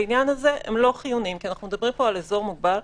לעניין הזה הם לא חיוניים כי אנחנו מדברים פה על אזור מוגבל,